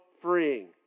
freeing